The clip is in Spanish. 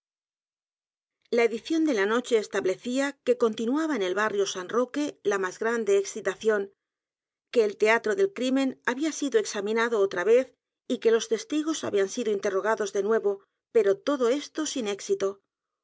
la edición de la noche establecía que continuaba en el barrio san roque la más grande excitación que el teatro del crimen había sido examinado otra vez y que los testigos habían sido interrogados de nuevo pero todo esto sin éxito